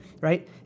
Right